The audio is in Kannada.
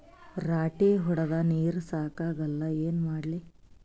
ರಾಟಿ ಹೊಡದ ನೀರ ಸಾಕಾಗಲ್ಲ ಏನ ಮಾಡ್ಲಿ?